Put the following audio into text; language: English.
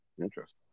Interesting